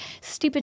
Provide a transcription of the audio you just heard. stupid